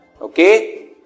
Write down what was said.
Okay